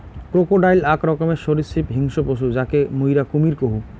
crocodile আক রকমের সরীসৃপ হিংস্র পশু যাকে মুইরা কুমীর কহু